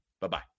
Bye-bye